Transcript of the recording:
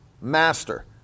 master